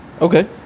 Okay